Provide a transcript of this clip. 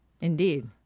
Indeed